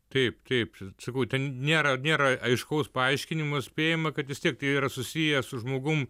taip taip sakau ten nėra nėra aiškaus paaiškinimo spėjama kad vis tiek tai yra susiję su žmogum